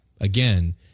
again